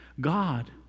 God